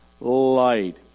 light